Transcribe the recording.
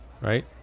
Right